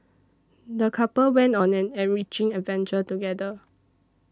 the couple went on an enriching adventure together